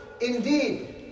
indeed